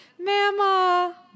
Mama